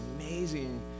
amazing